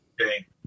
okay